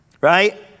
Right